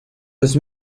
los